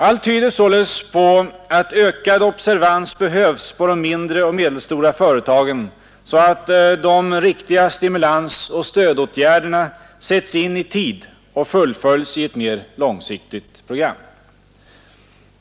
Allt tyder således på att ökad observans behövs på de mindre och medelstora företagen, så att de riktiga stimulansoch stödåtgärderna sätts in i tid och fullföljs i ett mer långsiktigt program.